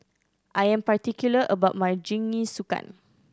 I am particular about my Jingisukan